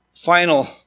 final